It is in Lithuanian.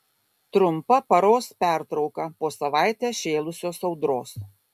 trumpa paros pertrauka po savaitę šėlusios audros